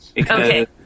Okay